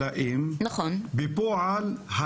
בארכיון המדינה ובארכיון צה"ל ומערכת הביטחון,